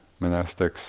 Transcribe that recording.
monastics